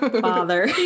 father